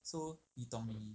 so 你懂